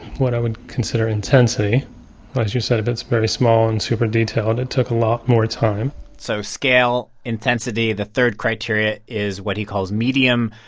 what i would consider intensity as you said, if it's very small and super-detailed, it took a lot more time so scale, intensity. the third criteria is what he calls medium.